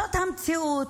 זאת המציאות.